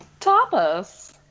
Tapas